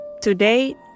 Today